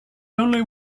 only